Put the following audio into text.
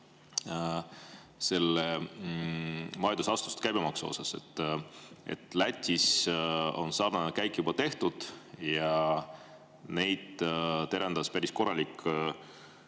on majutusasutuste käibemaksu kohta. Lätis on sarnane käik juba tehtud ja neil terendas päris korralik